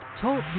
Talk